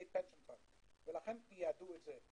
ולכן ייעדו את זה.